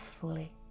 fully